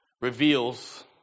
Reveals